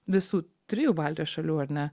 visų trijų baltijos šalių ar ne